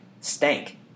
stank